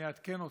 אני אעדכן אותך,